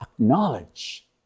acknowledge